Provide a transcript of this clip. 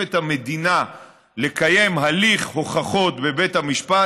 את המדינה לקיים הליך הוכחות בבית המשפט,